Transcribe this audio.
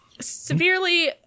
severely